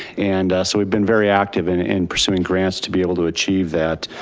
and so we've been very active and in pursuing grants to be able to achieve that.